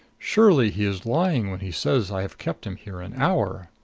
surely he is lying when he says i have kept him here an hour.